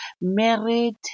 married